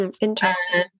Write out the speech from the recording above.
interesting